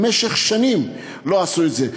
במשך שנים לא עשו את זה.